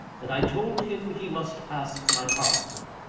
but i told him he must ask my pardon.